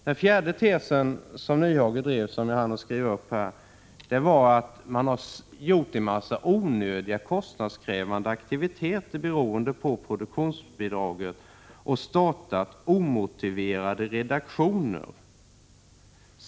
Den fjärde tes som Hans Nyhage drev och som jag hann skriva upp var att man har bedrivit en massa onödiga kostnadskrävande aktiviteter beroende på produktionsbidraget och startat omotiverade redaktioner.